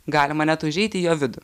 galima net užeiti į jo vidų